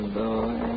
boy